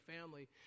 family